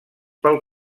pel